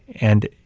and